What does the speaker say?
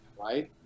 right